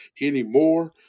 anymore